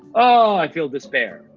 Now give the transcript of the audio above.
aww, i feel despair!